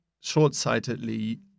short-sightedly